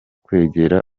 kwegera